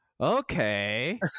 Okay